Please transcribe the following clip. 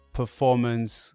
performance